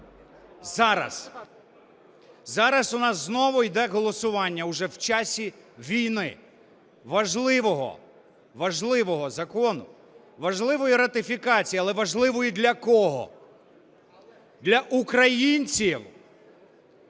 Зараз у нас знову йде голосування, уже в часи війни, важливого, важливого закону, важливої ратифікації. Але важливої для кого? Для українців,